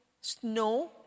snow